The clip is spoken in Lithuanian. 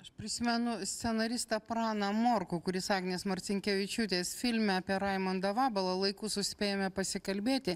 aš prisimenu scenaristą praną morkų kuris agnės marcinkevičiūtės filme apie raimundą vabalą laiku suspėjome pasikalbėti